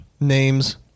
names